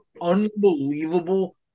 unbelievable